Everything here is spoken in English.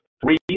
three